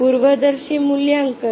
પૂર્વદર્શી મૂલ્યાંકન